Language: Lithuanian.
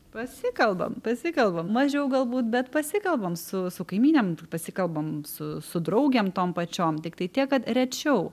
pasikalbam pasikalbam mažiau galbūt bet pasikalbam su su kaimynėm pasikalbam su su draugėm tom pačiom tiktai tiek kad rečiau